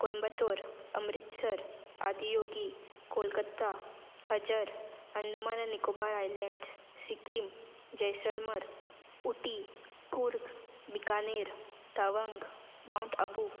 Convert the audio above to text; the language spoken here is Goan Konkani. कोयंबतूर अमृतसर आदिगी कोलकत्ता खजर अंदमान निकोबार आयलेंड्स सिक्कीम जैसलमर उटी कूर्ग बिकानेर तावंग माउंट आबू